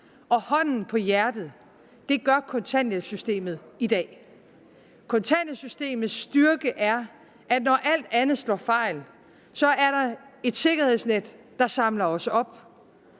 Og hånden på hjertet: Det gør kontanthjælpssystemet i dag. Kontanthjælpssystemets styrke er, at når alt andet slår fejl, så er der et sikkerhedsnet, der samler os op.